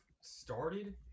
started